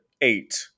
eight